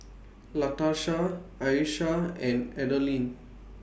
Latarsha Ayesha and Adalynn